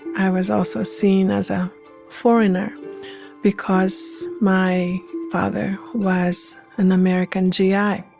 i was also seen as a foreigner because my father was an american g i.